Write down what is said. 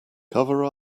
cover